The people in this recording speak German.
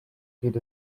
geht